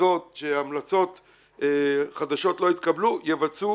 הזאת המלצות חדשות לא יתקבלו, יבצעו